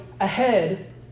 ahead